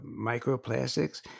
microplastics